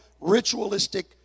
ritualistic